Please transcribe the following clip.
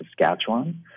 Saskatchewan